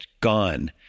gone